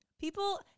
People